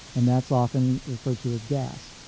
and that's often referred to as gas,